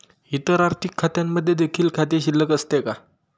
इतर आर्थिक खात्यांमध्ये देखील खाते शिल्लक असते का?